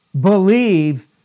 believe